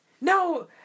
no